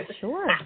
Sure